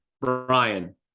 Brian